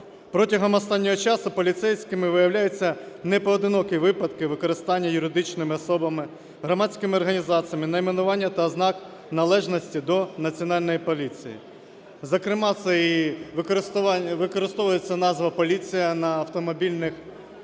протягом останнього часу поліцейськими виявляються непоодинокі випадки використання юридичними особами, громадськими організаціями найменування та ознак належності до Національної поліції. Зокрема це й використовується назва "поліція" на автомобільних